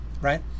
right